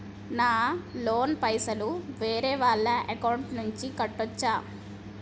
నా లోన్ పైసలు వేరే వాళ్ల అకౌంట్ నుండి కట్టచ్చా?